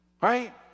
right